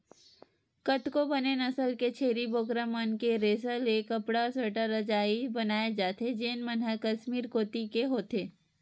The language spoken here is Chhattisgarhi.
कतको बने नसल के छेरी बोकरा मन के रेसा ले कपड़ा, स्वेटर, रजई बनाए जाथे जेन मन ह कस्मीर कोती के होथे